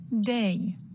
Day